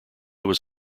was